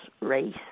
race